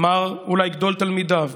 אמר אולי גדול תלמידיו,